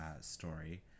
story